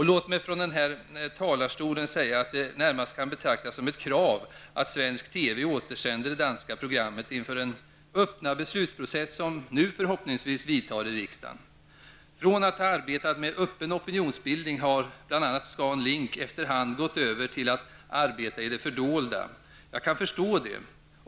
Låt mig från den här talarstolen säga att det närmast kan betraktas som ett krav att svensk TV sänder det danska programmet inför den öppna beslutsprocess som nu förhoppningsvis vidtar i riksdagen. Från att ha arbetat med öppen opinionsbildning har bl.a. ScanLink efter hand gått över till att arbeta i det fördolda. Jag kan förstå det.